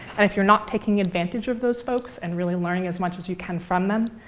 and if you're not taking advantage of those folks and really learning as much as you can from them,